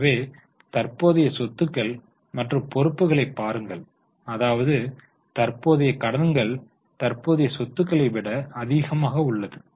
எனவே தற்போதைய சொத்துக்கள் மற்றும் பொறுப்புகளை பாருங்கள் அதாவது தற்போதைய கடன்கள் தற்போதைய சொத்துக்களை விட அதிகமாக உள்ளது